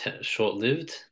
short-lived